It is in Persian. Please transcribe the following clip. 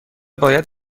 باید